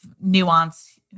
nuance